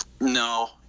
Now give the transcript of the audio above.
No